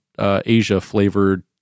Asia-flavored